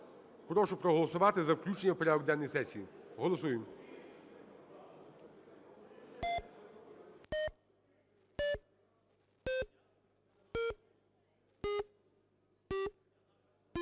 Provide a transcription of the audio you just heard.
Прошу проголосувати за включення в порядок денний сесії. Голосуємо.